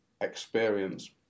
experience